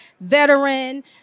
veteran